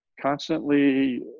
constantly